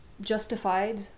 justified